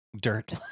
dirt